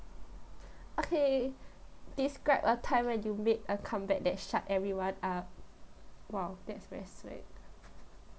okay describe a time when you made a comeback that shut everyone up !wow! that's very